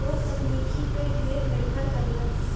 लोग तकनीकी पे ढेर निर्भर करलन